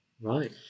Right